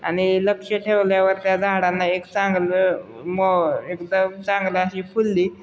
आणि लक्ष ठेवल्यावर त्या झाडांना एक चांगलं मग एकदम चांगल्या अशी फुल्ली